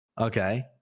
Okay